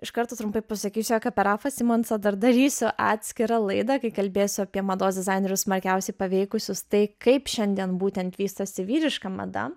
iš karto trumpai pasakysiu jog apie rafą simonsą dar darysiu atskirą laidą kai kalbėsiu apie mados dizainerius smarkiausiai paveikusius tai kaip šiandien būtent vystosi vyriška mada